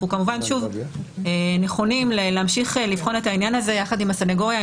אנחנו כמובן שוב נכונים להמשיך לבחון את העניין הזה יחד עם הסנגוריה,